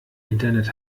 internet